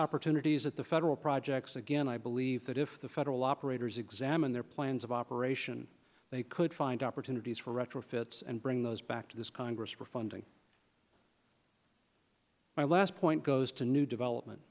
opportunities at the federal projects again i believe that if the federal operators examine their plans of operation they could find opportunities for retrofits and bring those back to this congress for funding my last point goes to new development